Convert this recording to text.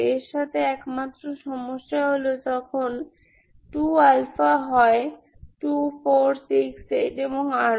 এর সাথে একমাত্র সমস্যা হল যখন 2 হয় 2468 এবং আরও